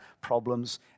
problems